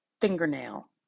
fingernail